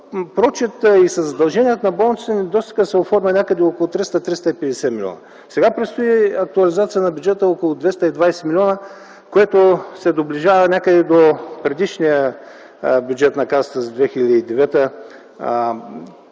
прочит и със задълженията на болниците недостигът се оформя някъде на 300-350 милиона. Сега предстои актуализация на бюджета около 220 милиона, което се доближава някъде до предишния бюджет на Касата за 2009